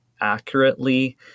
accurately